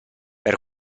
per